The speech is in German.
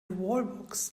wallbox